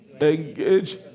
Engage